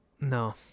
no